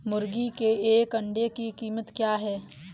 मुर्गी के एक अंडे की कीमत क्या है?